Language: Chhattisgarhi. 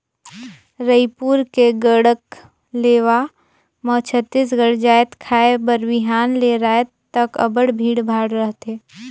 रइपुर के गढ़कलेवा म छत्तीसगढ़ जाएत खाए बर बिहान ले राएत तक अब्बड़ भीड़ भाड़ रहथे